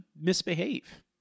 misbehave